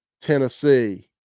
Tennessee